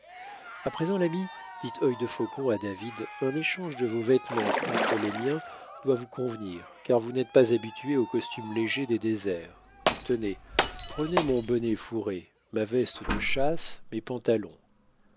à présent l'ami dit œil de faucon à david un échange de vos vêtements contre les miens doit vous convenir car vous n'êtes pas habitué au costume léger des déserts tenez prenez mon bonnet fourré ma veste de chasse mes pantalons